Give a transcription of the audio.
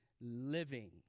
living